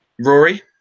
Rory